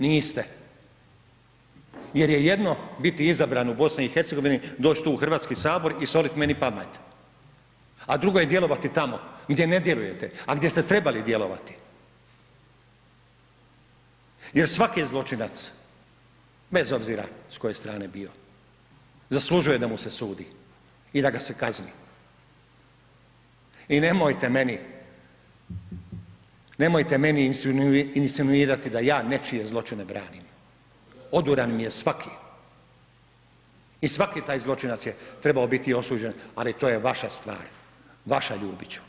Niste, jer je jedno biti izabran u BiH, doć tu u HS i solit meni pamet, a drugo je djelovati tamo, gdje ne djelujete, a gdje ste trebali djelovati jer svaki je zločinac, bez obzira s koje strane bio zaslužuje da mu se sudi i da ga se kazni i nemojte meni, nemojte meni insinuirati da ja nečije zločine branim, oduran mi je svaki i svaki taj zločinac je trebao biti osuđen, ali to je vaša stvar, vaša Ljubiću, ne moja.